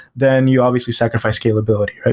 then you obviously sacrifice scalability,